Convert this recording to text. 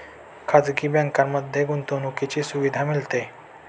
खाजगी बँकांमध्ये गुंतवणुकीची सुविधा मिळते